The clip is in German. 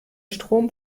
strom